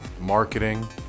marketing